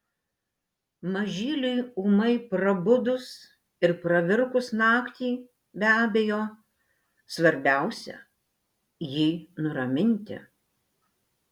mažyliui ūmai prabudus ir pravirkus naktį be abejo svarbiausia jį nuraminti